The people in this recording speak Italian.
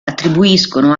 attribuiscono